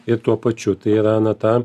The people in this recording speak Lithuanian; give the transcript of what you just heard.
ir tuo pačiu tai yra na ta